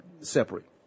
separate